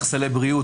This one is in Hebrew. סלי בריאות,